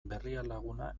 berrialaguna